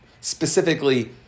specifically